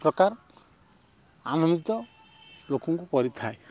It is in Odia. ପ୍ରକାର ଆନନ୍ଦିତ ଲୋକଙ୍କୁ କରିଥାଏ